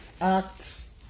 Acts